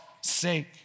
sake